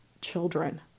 children